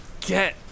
get